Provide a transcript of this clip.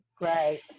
Right